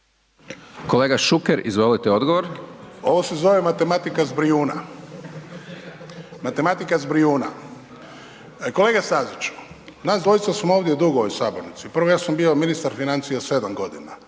Kolega Šuker, izvolite odgovor. **Šuker, Ivan (HDZ)** Ovo se zove matematika s Brijuna, matematika s Brijuna. Kolega Stazić, nas dvojica smo ovdje dugo u ovoj sabornici, prvo ja sam bio ministar financija 7.g., u tih